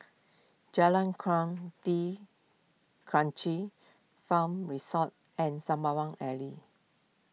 Jalan Kuang D'Kranji Farm Resort and Sembawang Alley